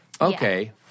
Okay